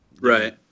Right